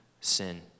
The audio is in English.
sin